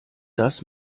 das